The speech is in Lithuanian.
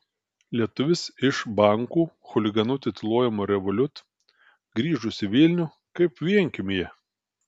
lietuvis iš bankų chuliganu tituluojamo revolut grįžus į vilnių kaip vienkiemyje